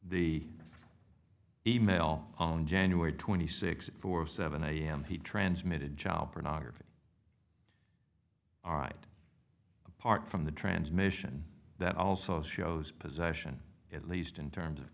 the e mail on january twenty sixth at four seven am he transmitted child pornography all right apart from the transmission that also shows possession at least in terms of